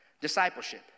discipleship